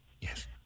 Yes